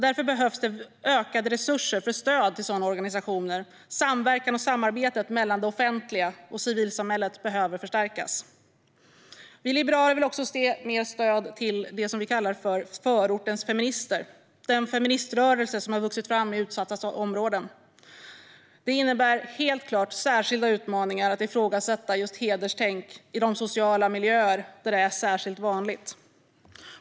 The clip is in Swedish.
Därför behövs det ökade resurser för stöd till sådana organisationer. Samverkan och samarbetet mellan det offentliga och civilsamhället behöver förstärkas. Vi liberaler vill också se mer stöd till det som vi kallar för förortens feminister, den feministrörelse som har vuxit fram i utsatta områden. Det innebär helt klart särskilda utmaningar att ifrågasätta just hederstänk i de sociala miljöer där detta är särskilt vanligt.